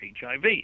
HIV